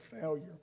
failure